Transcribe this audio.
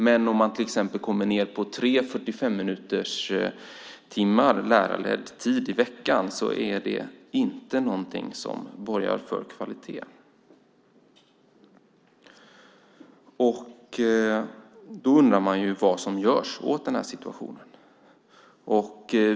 Men om man kommer ned på tre 45-minuterstimmar lärarledd tid i veckan är det inte något som borgar för kvalitet. Då undrar man vad som görs åt den situationen.